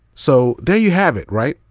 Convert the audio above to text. so, there you have it, right?